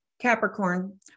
capricorn